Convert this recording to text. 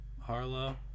Harlow